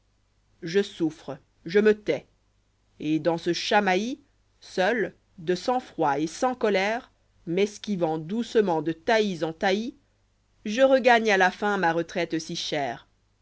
je souffre je me tais et dans ce chamaillis seul de sang-froid et sans colère m'esquivant doucement de taillis en taillis je regagne à la fin ma retraite si chère